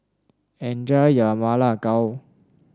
enjoy your Ma Lai Gao